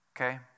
okay